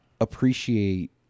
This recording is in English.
appreciate